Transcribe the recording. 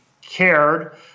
cared